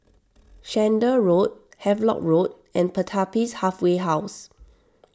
Chander Road Havelock Road and Pertapis Halfway House